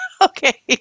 Okay